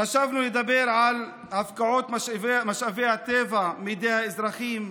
חשבנו לדבר על הפקעת משאבי הטבע מידי האזרחים,